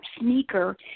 sneaker